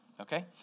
Okay